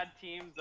team's